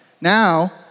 Now